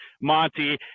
Monty